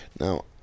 Now